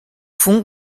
fond